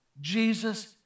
Jesus